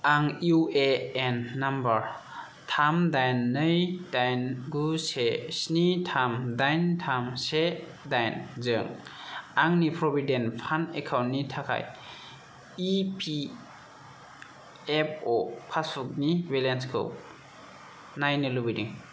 आं U A N number थाम दाइन नै दाइन गु से स्नि थाम दाइन थाम से दाइन जों आंनि प्रविदेन्ट फान्द एकाउन्टनि थाखाय इ पि एफ अ' पासबुकनि बेलेन्सखौ नायनो लुबैदों